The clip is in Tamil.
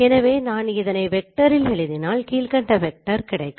எனவே நான் இதனை வெக்டரில் எழுதினால் கீழ்கண்ட வெக்டர் கிடைக்கும்